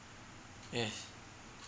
yes